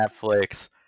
Netflix